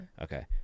Okay